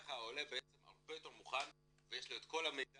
כך העולה בעצם הרבה יותר מוכן ויש לו את כל המידע